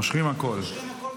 מושכים את הכול ותומכים.